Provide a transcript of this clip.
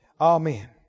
Amen